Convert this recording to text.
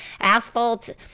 asphalt